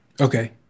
Okay